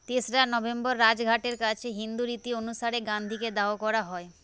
তেসরা নভেম্বর রাজ ঘাটের কাছে হিন্দু রীতি অনুসারে গান্ধীকে দাহ করা হয়